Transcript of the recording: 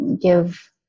give